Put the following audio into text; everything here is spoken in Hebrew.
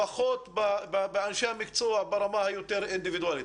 פחות באנשי המקצוע ברמה האינדיבידואלית.